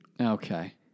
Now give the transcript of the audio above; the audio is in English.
Okay